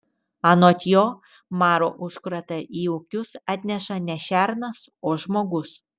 anot jo maro užkratą į ūkius atneša ne šernas o žmogus